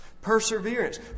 Perseverance